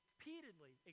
repeatedly